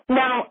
now